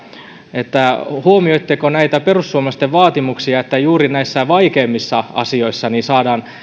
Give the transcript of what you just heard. huomioitteko näitä perussuomalaisten vaatimuksia että juuri näihin vaikeimpiin asioihin saadaan suunnattua